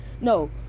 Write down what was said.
no